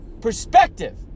perspective